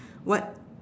what